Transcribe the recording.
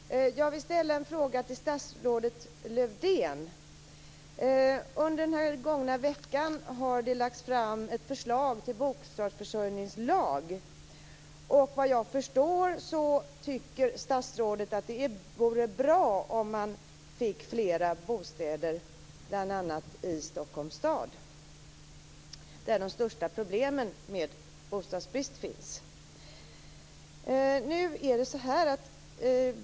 Fru talman! Jag vill ställa en fråga till statsrådet Under den nu gångna veckan har det lagts fram ett förslag till bostadsförsörjningslag. Såvitt jag förstår tycker statsrådet att det vore bra om man fick fler bostäder bl.a. i Stockholms stad, där de största problemen med bostadsbrist finns.